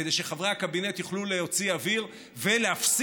כדי שחברי הקבינט יוכלו להוציא אוויר ולהפסיק